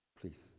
Please